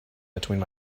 between